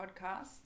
podcast